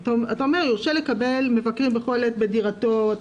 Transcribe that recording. אתה אומר: יורשה לקבל מבקרים בכל עת בדירתו.